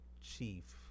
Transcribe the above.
chief